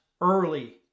early